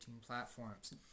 platforms